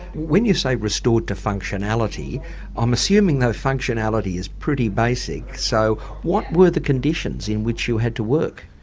when you say restored to functionality i'm um assuming that functionality is pretty basic. so what were the conditions in which you had to work?